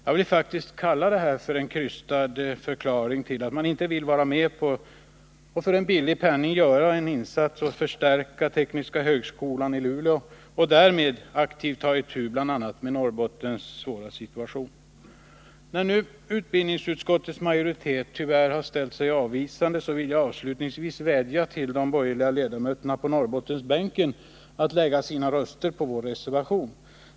Jag vill faktiskt kalla detta en krystad förklaring till att man inte vill vara med på att för en billig penning göra en insats och förstärka tekniska högskolan i Luleå och därmed aktivt ta itu bl.a. med Norrbottens svåra situation. När nu utbildningsutskottets majoritet tyvärr ställt sig avvisande vill jag avslutningsvis vädja till de borgerliga ledamöterna på Norrbottensbänken att lägga sina röster på vår reservation.